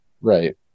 Right